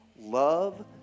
Love